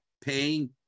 paying